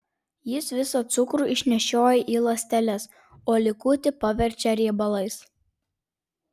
jis visą cukrų išnešioja į ląsteles o likutį paverčia riebalais